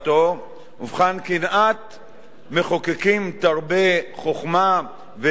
מחוקקים תרבה חוכמה ודעת ורווחה לעם ישראל,